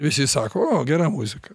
visi sako o gera muzika